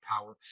power